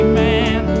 man